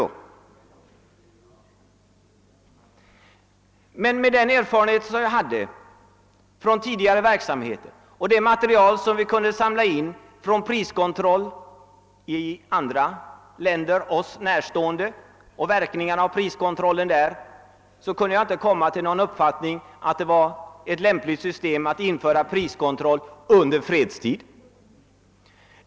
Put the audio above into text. Utgående från de erfarenheter som jag hade från tidigare verksamheter och det material som vi samlade in beträffande priskontrollen i Sverige närstående länder och verkningarna av denna kunde jag inte komma till någon annan uppfattning än att det inte var lämpligt att införa ett priskontrollsystem under fredstid.